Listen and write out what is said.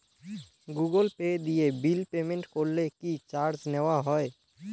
Google Pay দিয়ে bill payment করলে কি চার্জ নেওয়া হয়?